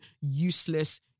useless